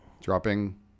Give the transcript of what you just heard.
Dropping